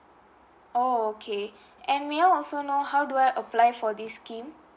oh okay and may I also know how do I apply for this scheme